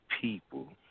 people